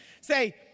Say